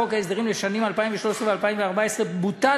בחוק ההסדרים לשנים 2013 ו-2014 בוטל